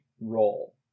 role